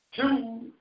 Two